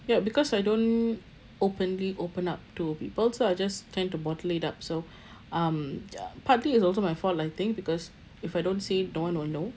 ya because I don't openly open up to people so I just tend to bottle it up so um ya partly t's also my fault I think because if I don't say no one will know